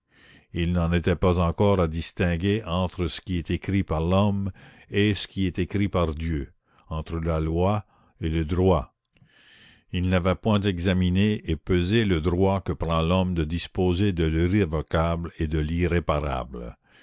il n'en était pas encore à distinguer entre ce qui est écrit par l'homme et ce qui est écrit par dieu entre la loi et le droit il n'avait point examiné et pesé le droit que prend l'homme de disposer de l'irrévocable et de l'irréparable